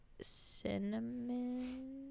Cinnamon